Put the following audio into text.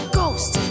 ghost